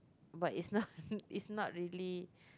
but it's not it's not really